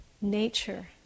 nature